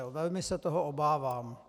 Velmi se toho obávám.